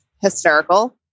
hysterical